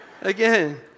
Again